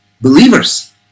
Believers